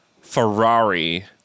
Ferrari